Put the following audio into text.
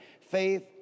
faith